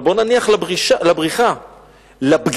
אבל בואו נניח לבריחה, לבגידה.